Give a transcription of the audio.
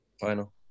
final